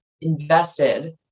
invested